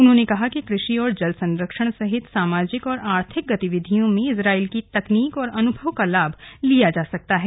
उन्होंने कहा कि कृषि और जल संरक्षण सहित सामाजिक एवं आर्थिक गतिविधयों में इजरायल की तकनीक व अनुभव का लाभ लिया जा सकता है